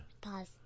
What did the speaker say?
Pause